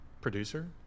producer